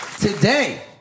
today